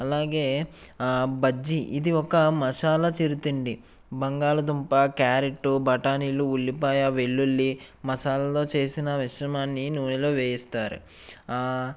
అలాగే బజ్జి ఇది ఒక మసాలా చిరుతిండి బంగాళదుంప క్యారెట్ బటానీలు ఉల్లిపాయ వెల్లుల్లి మసాలాలో చేసిన విశ్రమాన్ని నూనెలో వేయిస్తారు